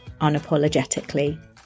unapologetically